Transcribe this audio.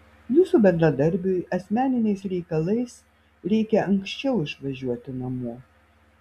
jūsų bendradarbiui asmeniniais reikalais reikia anksčiau išvažiuoti namo